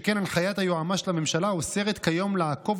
שכן הנחיית היועץ המשפטי לממשלה אוסרת כיום לעקוב